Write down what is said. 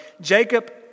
Jacob